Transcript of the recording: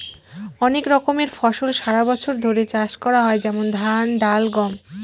অনেক রকমের ফসল সারা বছর ধরে চাষ করা হয় যেমন ধান, ডাল, গম